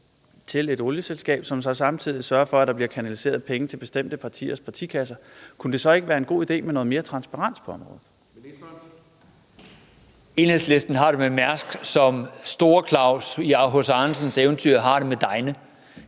til et olieselskab, som så samtidig sørger for, at der bliver kanaliseret penge til bestemte partiers partikasser, kunne det så ikke være en god idé med noget mere transparens på området? Kl. 14:25 Anden næstformand (Kristian Pihl Lorentzen): Ministeren.